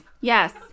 Yes